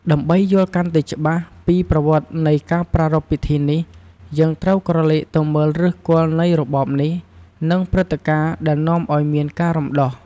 ដើម្បីយល់កាន់តែច្បាស់ពីប្រវត្តិនៃការប្រារព្ធពិធីនេះ យើងត្រូវក្រឡេកទៅមើលឫសគល់នៃរបបនេះ និងព្រឹត្តិការណ៍ដែលនាំឲ្យមានការរំដោះ។